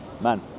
man